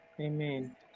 Amen